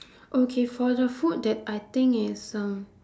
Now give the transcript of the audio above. okay for the food that I think is um